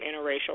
interracial